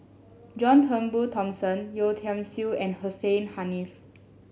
John Turnbull Thomson Yeo Tiam Siew and Hussein Haniff